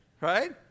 Right